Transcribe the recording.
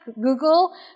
Google